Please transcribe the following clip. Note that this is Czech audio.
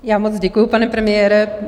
Já moc děkuji, pane premiére.